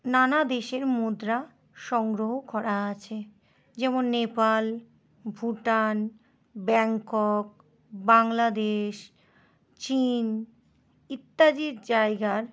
নানা দেশের মুদ্রা সংগ্রহ করা আছে যেমন নেপাল ভুটান ব্যংকক বাংলাদেশ চীন ইত্যাদি জায়গার